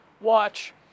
watch